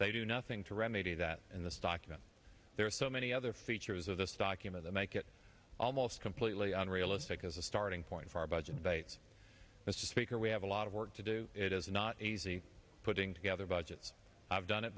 they do nothing to remedy that in this document there are so many other features of this document that make it almost completely unrealistic as a starting point for our budget debates mr speaker we have a lot of work to do it is not easy putting together budgets i've done it